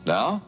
Now